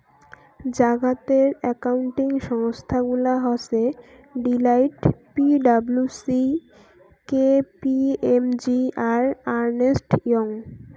জাগাতের একাউন্টিং সংস্থা গুলা হসে Deloitte, P W C, K P M G, আর আর্নেস্ট ইয়ং